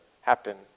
happen